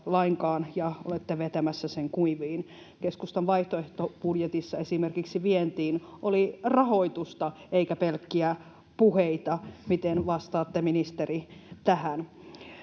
lainkaan ja olette vetämässä sen kuiviin. Keskustan vaihtoehtobudjetissa esimerkiksi vientiin oli rahoitusta eikä pelkkiä puheita. Miten vastaatte, ministeri, tähän?